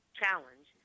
challenge